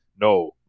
No